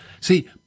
See